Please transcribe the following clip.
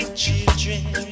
children